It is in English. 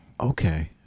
Okay